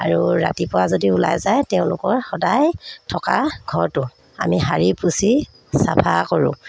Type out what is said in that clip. আৰু ৰাতিপুৱা যদি ওলাই যায় তেওঁলোকৰ সদায় থকা ঘৰটো আমি শাৰী পুচি চাফা কৰোঁ